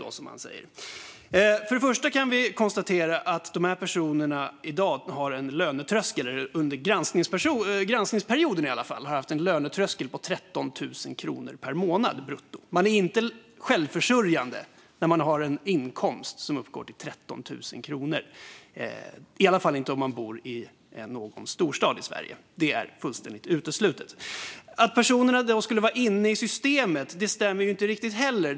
Först och främst kan vi konstatera att dessa personer i dag under granskningsperioden har haft en lönetröskel på 13 000 kronor per månad brutto. Man är inte självförsörjande på en inkomst som uppgår till 13 000 kronor - i alla fall inte om man bor i en storstad i Sverige. Det är fullständigt uteslutet. Att personerna skulle vara inne i systemet stämmer inte riktigt heller.